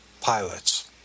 pilots